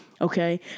Okay